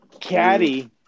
caddy